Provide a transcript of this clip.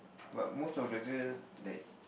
but most of the girl that